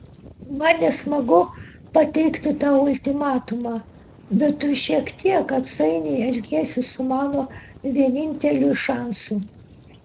man nesmagu pateikti tau ultimatumą bet tu šiek tiek atsainiai elgiesi su mano vieninteliu šansu